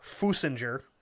Fusinger